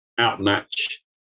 outmatch